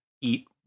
eat